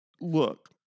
look